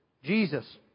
Jesus